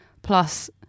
Plus